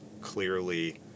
clearly